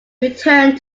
returned